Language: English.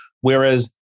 whereas